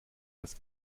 dass